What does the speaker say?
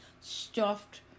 stuffed